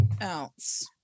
else